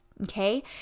Okay